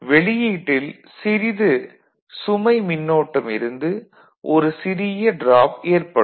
வெளியீட்டில் சிறிது சுமை மின்னோட்டம் இருந்து ஒரு சிறிய டிராப் ஏற்படும்